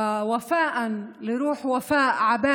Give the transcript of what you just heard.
(אומרת בערבית: ולהנצחת רוחה של ופאא עבאהרה,)